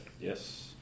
Yes